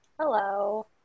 Hello